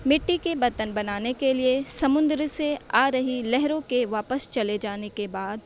مٹی کے برتن بنانے کے لیے سمندر سے آ رہی لہروں کے واپس چلے جانے کے بعد